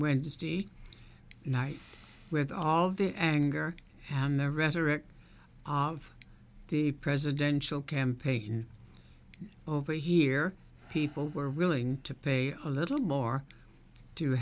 wednesday night with all the anger and the rhetoric of the presidential campaign over here people are willing to pay a little more